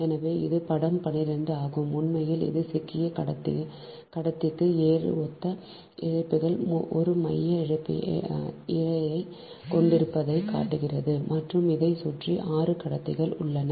எனவே இது படம் 12 ஆகும் உண்மையில் இது சிக்கிய கடத்திக்கு 7 ஒத்த இழைகள் ஒரு மைய இழையைக் கொண்டிருப்பதைக் காட்டுகிறது மற்றும் இதைச் சுற்றி 6 கடத்திகள் உள்ளன